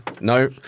no